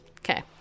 okay